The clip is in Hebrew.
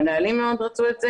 המנהלים מאוד רצו את זה,